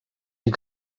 you